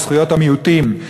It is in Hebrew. וזכויות המיעוטים.